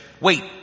wait